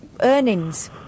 earnings